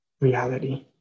reality